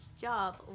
job